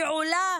שעולה